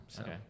okay